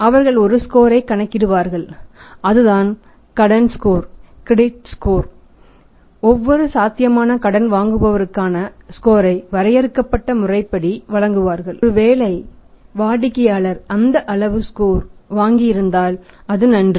அவர்கள் ஒரு ஸ்கோரை கணக்கிடுவார்கள் அதுதான் கிரெடிட் ஸ்கோர் வாங்கியிருந்தால் அது நன்று